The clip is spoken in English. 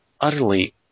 utterly